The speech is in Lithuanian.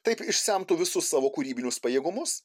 taip išsemtų visus savo kūrybinius pajėgumus